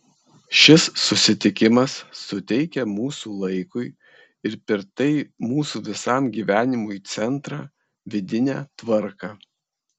šis susitikimas suteikia mūsų laikui ir per tai mūsų visam gyvenimui centrą vidinę tvarką